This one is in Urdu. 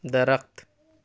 درخت